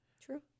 True